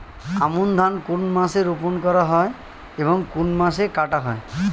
আমন ধান কোন মাসে রোপণ করা হয় এবং কোন মাসে কাটা হয়?